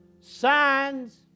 signs